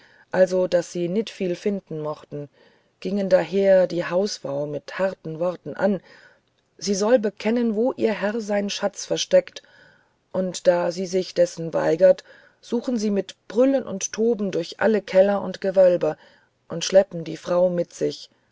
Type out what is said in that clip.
also daß sy nit vil finden mochten gingen daher di hausfrau mit harten worten an sy soll bekennen wo jr herr sein schatz versteckt und da sy sich dessen weigert suchen sy mit brüllen und toben durch alle keller und gewölbe und schleppen die frau mit sich